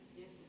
Yes